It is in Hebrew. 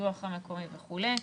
הפיתוח המקומי וכו'.